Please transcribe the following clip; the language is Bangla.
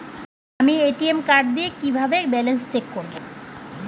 আমি এ.টি.এম কার্ড দিয়ে কিভাবে ব্যালেন্স চেক করব?